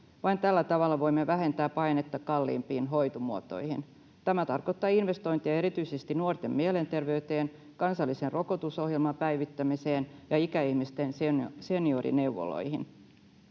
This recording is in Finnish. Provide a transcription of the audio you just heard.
Vain tällä tavalla voimme vähentää painetta kalliimpiin hoitomuotoihin. Tämä tarkoittaa investointeja erityisesti nuorten mielenterveyteen, kansallisen rokotusohjelman päivittämiseen ja ikäihmisten seniorineuvoloihin.